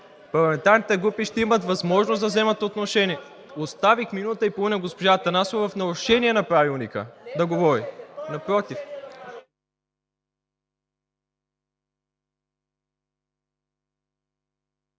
Парламентарните групи ще имат възможност да вземат отношение. Оставих минута и половина госпожа Атанасова в нарушение на Правилника да говори. КОСТАДИН